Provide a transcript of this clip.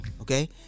okay